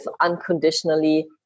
unconditionally